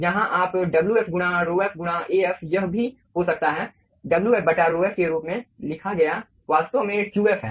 यहाँ आप Wf गुणा ρf गुणा Af यह भी हो सकता है Wf बटा ρf के रूप में लिखा गया वास्तव में Qf है